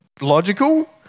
logical